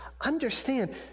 understand